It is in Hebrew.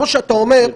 כמו שאתה אומר,